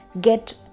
get